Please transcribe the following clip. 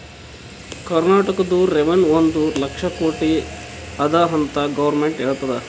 ಕರ್ನಾಟಕದು ರೆವೆನ್ಯೂ ಒಂದ್ ಲಕ್ಷ ಕೋಟಿ ಅದ ಅಂತ್ ಗೊರ್ಮೆಂಟ್ ಹೇಳ್ಯಾದ್